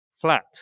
flat